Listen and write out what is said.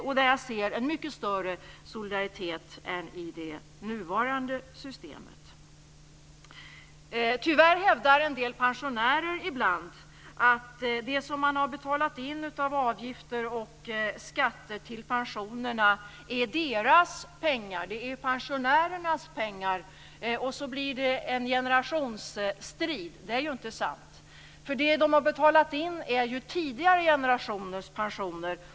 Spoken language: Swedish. Jag ser i detta också en mycket större solidaritet än i det nuvarande systemet. Tyvärr hävdar en del pensionärer ibland att det som man har betalat in i form av avgifter och skatter till pensionerna är pensionärernas pengar, och så blir det en generationsstrid. Påståendet är inte sant, eftersom det som de har betalat in är tidigare generationers pensioner.